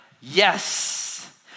yes